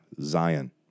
Zion